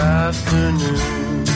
afternoon